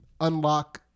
unlock